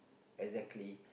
exactly